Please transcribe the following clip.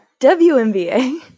WNBA